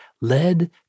led